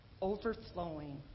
overflowing